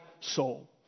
soul